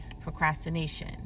procrastination